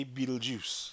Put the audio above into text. Beetlejuice